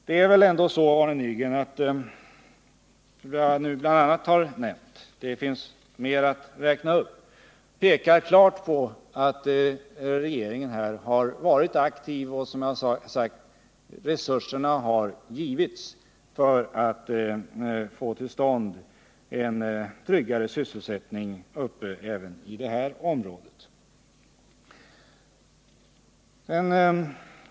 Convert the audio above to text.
Jag skulle kunna räkna upp fler åtgärder, men redan det jag nu nämnt visar väl klart, Arne Nygren, att regeringen har varit aktiv. Det har getts resurser för att trygga sysselsättningen även i det här området.